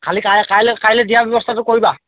খালী কাইলৈ কাইলৈ কাইলৈ দিয়াৰ ব্যৱস্থাটো কৰিবা